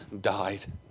died